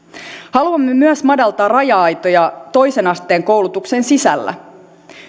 haluamme myös madaltaa raja aitoja toisen asteen koulutuksen sisällä